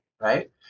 right